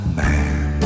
man